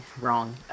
wrong